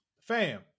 Fam